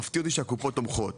מפתיע אותי שהקופות תומכות.